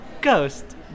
ghost